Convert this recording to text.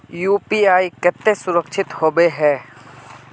UPI केते सुरक्षित होबे है?